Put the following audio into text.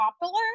popular